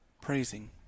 praising